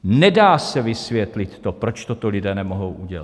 Nedá se vysvětlit to, proč toto lidé nemohou udělat.